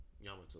Yamato